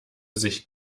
sich